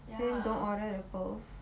then don't order pearls